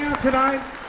tonight